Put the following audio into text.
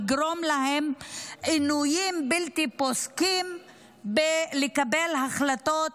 לגרום להם עינויים בלתי פוסקים בקבלת החלטות